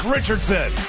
Richardson